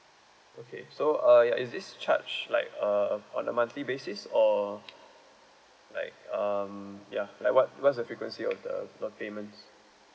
okay so uh ya is this charge like a on a monthly basis or like um ya like what what's the frequency of the payments